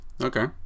Okay